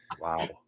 wow